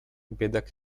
biedak